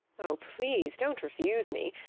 oh, please don't refuse me!